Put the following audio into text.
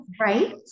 right